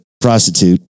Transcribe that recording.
prostitute